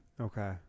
Okay